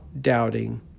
doubting